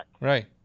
Right